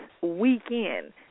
weekend